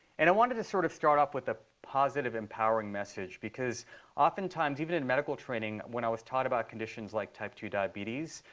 and i wanted to sort of start off with a positive, empowering message, because oftentimes, even in medical training, when i was taught about conditions like type two diabetes,